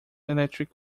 electric